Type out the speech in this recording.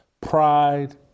pride